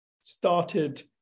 started